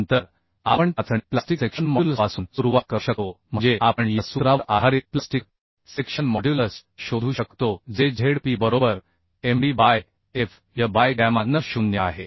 त्यानंतर आपण चाचणी प्लास्टिक सेक्शन मॉड्युलसपासून सुरुवात करू शकतो म्हणजे आपण या सूत्रावर आधारित प्लास्टिक सेक्शन मॉड्युलस शोधू शकतो जे Zp बरोबर MD by Fy by gamma n 0 आहे